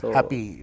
Happy